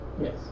Yes